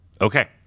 Okay